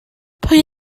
pwy